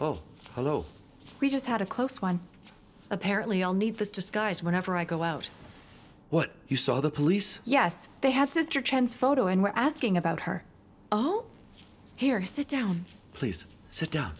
well hello we just had a close one apparently i'll need this disguise whenever i go out what you saw the police yes they had sister chance photo and were asking about her oh here sit down please s